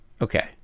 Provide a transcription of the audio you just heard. Okay